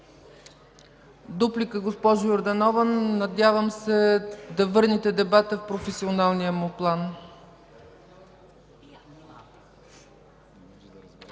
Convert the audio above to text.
Дуплика – госпожо Йорданова. Надявам се да върнете дебата в професионалния му план.